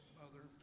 mother